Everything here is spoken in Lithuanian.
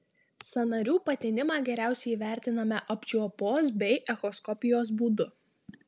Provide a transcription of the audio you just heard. sąnarių patinimą geriausiai įvertiname apčiuopos bei echoskopijos būdu